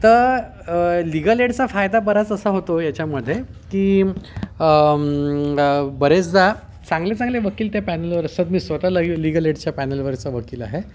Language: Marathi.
त लीगल एडचा फायदा बराच असा होतो याच्यामध्ये की बरेचदा चांगले चांगले वकील त्या पॅनलवर असतात मी स्वतः ल लीगल एडच्या पॅनलवरचा वकील आहे